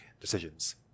decisions